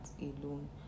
alone